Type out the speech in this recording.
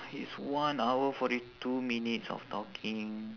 it's one hour forty two minutes of talking